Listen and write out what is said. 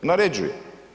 Naređuje.